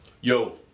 Yo